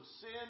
sin